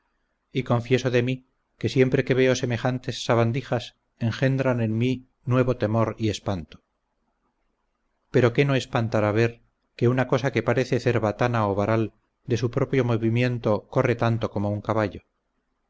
y confieso de mí que siempre que veo semejantes sabandijas engendran en mi nuevo temor y espanto pero qué no espantará ver que una cosa que parece cerbatana o varal de su propio movimiento corre tanto como un caballo